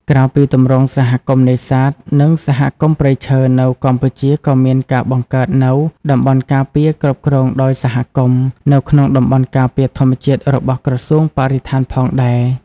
ក្រៅពីទម្រង់សហគមន៍នេសាទ និងសហគមន៍ព្រៃឈើ នៅកម្ពុជាក៏មានការបង្កើតនូវ តំបន់ការពារគ្រប់គ្រងដោយសហគមន៍ នៅក្នុងតំបន់ការពារធម្មជាតិរបស់ក្រសួងបរិស្ថានផងដែរ។